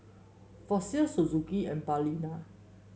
Fossil Suzuki and Balina